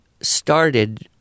started